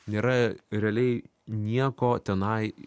nėra realiai nieko tenai